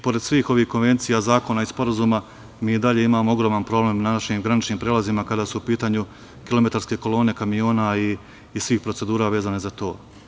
Pored svih ovih konvencija zakona i sporazuma, mi i dalje imamo ogroman problem na našim graničnim prelazima kada su u pitanju kilometarske kolone kamiona i svih procedura vezanih za to.